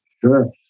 Sure